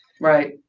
Right